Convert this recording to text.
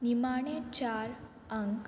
निमाणें चार आंक